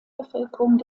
bevölkerung